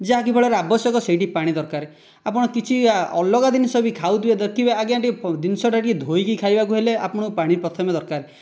ଯାହା କେବଳର ଆବଶ୍ୟକ ସେଇଠି ପାଣି ଦରକାର ଆପଣ କିଛି ଅଲଗା ଜିନିଷ ବି ଖାଉଥିବେ ଦେଖିବେ ଆଜ୍ଞା ଟିକିଏ ଜିନିଷଟା ଟିକିଏ ଧୋଇକି ଖାଇବାକୁ ହେଲେ ଆପଣଙ୍କୁ ପାଣି ପ୍ରଥମେ ଦରକାର